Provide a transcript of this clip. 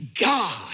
God